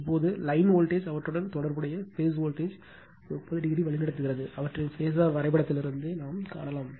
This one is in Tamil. இப்போது லைன் வோல்டேஜ் அவற்றுடன் தொடர்புடைய பேஸ் வோல்டேஜ் 30o வழிநடத்துகிறது அவற்றின் பேஸர் வரைபடத்திலிருந்து நாம் காணலாம்